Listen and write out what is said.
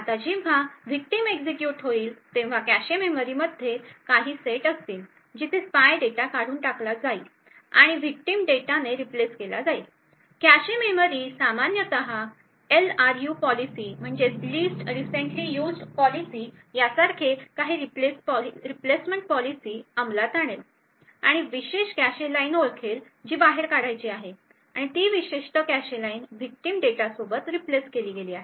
आता जेव्हा victim execute होईल तेव्हा कॅशे मेमरीमध्ये काही सेट असतील जिथे स्पाय डेटा काढून टाकला जाईल आणि विक्टिम डेटाने रीप्लेस केला जाईल कॅशे मेमरी सामान्यत एलआरयू पॉलिसी यासारखे काही रीप्लेसमेंट पॉलिसी अंमलात आणेल आणि विशिष्ट कॅशे लाइन ओळखेल जी बाहेर काढायची आहे आणि ती विशिष्ट कॅशे लाइन विक्टिम डेटा सोबत रीप्लेस केली गेली आहे